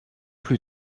plus